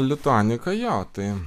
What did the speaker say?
lituanika jo tai